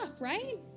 right